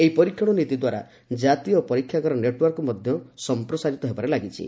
ଏହି ପରୀକ୍ଷଣ ନୀତି ଦ୍ୱାରା ଜାତୀୟ ପରୀକ୍ଷାଗାର ନେଟ୍ୱାର୍କ ମଧ୍ୟ ସମ୍ପ୍ରସାରିତ ହେବାରେ ଲାଗିଛି